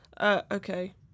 Okay